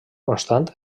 constant